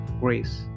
grace